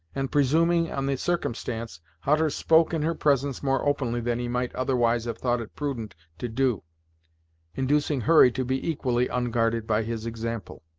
and, presuming on the circumstance, hutter spoke in her presence more openly than he might otherwise have thought it prudent to do inducing hurry to be equally unguarded by his example.